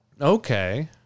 Okay